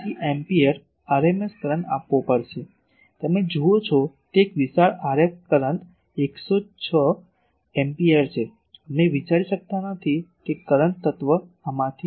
87 ampere rms current આપવો પડશે તમે જુઓ છો તે એક વિશાળ RF કરંટ 106 એમ્પીયર છે અમે વિચારી શકતા નથી કે કરંટ તત્ત્વ આમાંથી બળી પણ શકે છે